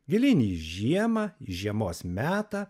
gilyn į žiemą į žiemos metą